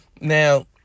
Now